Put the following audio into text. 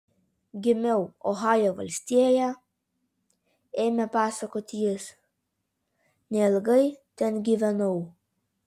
gimiau ohajo valstijoje ėmė pasakoti jis neilgai ten gyvenau